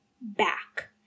back